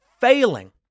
failing